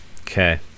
Okay